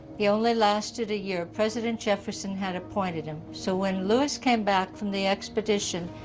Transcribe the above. he only lasted a year. president jefferson had appointed him. so when lewis came back from the expedition,